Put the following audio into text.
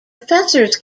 professors